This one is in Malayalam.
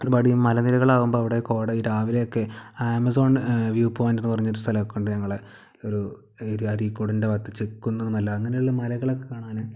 ഒരുപാട് മലനിരകളാകുമ്പോൾ അവിടെ കോട ഈ രാവിലെയൊക്കെ ആമസോൺ വ്യൂ പോയിൻറ് എന്ന് പറഞ്ഞ സ്ഥലമൊക്കെയുണ്ട് ഞങ്ങളുടെ ഒരു അരീക്കോടിൻ്റെ ഭാഗത്ത് ചെക്കുന്ന് മല അങ്ങനെയുള്ള മലകളൊക്കെ കാണാന്